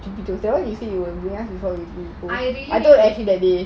I really